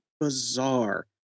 bizarre